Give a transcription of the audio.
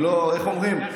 איך אומרים,